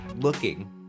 looking